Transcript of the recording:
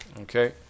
okay